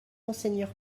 monseigneur